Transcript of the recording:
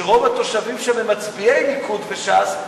ורוב התושבים שם הם מצביעי ליכוד וש"ס,